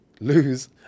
lose